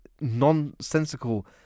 nonsensical